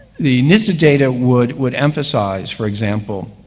the nista data would would emphasize, for example,